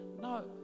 No